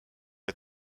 est